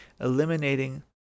eliminating